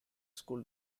school